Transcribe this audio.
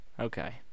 Okay